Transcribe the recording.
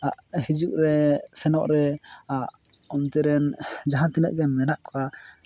ᱦᱤᱡᱩᱜ ᱨᱮ ᱥᱮᱱᱚᱜ ᱨᱮ ᱚᱱᱛᱮ ᱨᱮᱱ ᱡᱟᱦᱟᱸ ᱛᱤᱱᱟᱹᱜ ᱜᱮ ᱢᱮᱱᱟᱜ ᱠᱚᱣᱟ